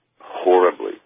horribly